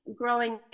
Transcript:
growing